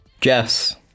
Jess